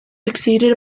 succeeded